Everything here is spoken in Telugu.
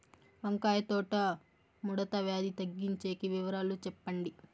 వంకాయ తోట ముడత వ్యాధి తగ్గించేకి వివరాలు చెప్పండి?